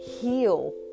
heal